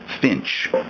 Finch